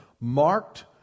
marked